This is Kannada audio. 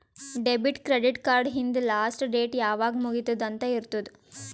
ಡೆಬಿಟ್, ಕ್ರೆಡಿಟ್ ಕಾರ್ಡ್ ಹಿಂದ್ ಲಾಸ್ಟ್ ಡೇಟ್ ಯಾವಾಗ್ ಮುಗಿತ್ತುದ್ ಅಂತ್ ಇರ್ತುದ್